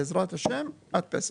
בעזרת ה' עד פסח.